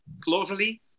closely